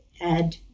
add